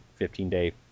15-day